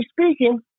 speaking